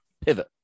pivot